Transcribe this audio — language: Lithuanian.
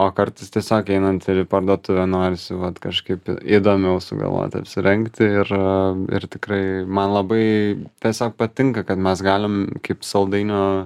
o kartais tiesiog einant ir į parduotuvę norisi vat kažkaip įdomiau sugalvoti apsirengti ir ir tikrai man labai tiesiog patinka kad mes galim kaip saldainių